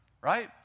Right